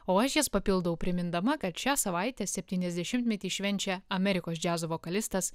o aš jas papildau primindama kad šią savaitę septyniasdešimtmetį švenčia amerikos džiazo vokalistas